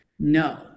No